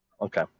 Okay